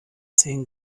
zehn